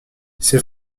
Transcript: ces